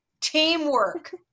Teamwork